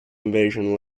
invasion